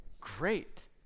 great